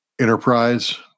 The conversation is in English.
enterprise